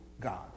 God